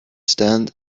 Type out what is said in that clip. stand